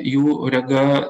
jų rega